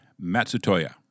Matsutoya